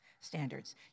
Standards